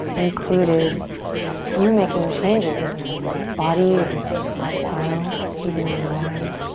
included you making changes in your body or your lifestyle, even in your mind,